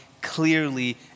clearly